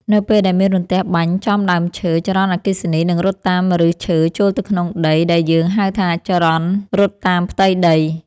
នៅពេលដែលមានរន្ទះបាញ់ចំដើមឈើ ចរន្តអគ្គិសនីនឹងរត់តាមឫសឈើចូលទៅក្នុងដីដែលយើងហៅថាចរន្តរត់តាមផ្ទៃដី។